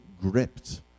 gripped